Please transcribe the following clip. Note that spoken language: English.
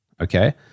okay